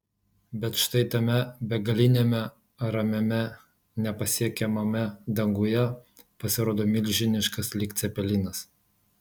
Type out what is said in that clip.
bet štai tame begaliniame ramiame nepasiekiamame danguje pasirodo milžiniškas lyg cepelinas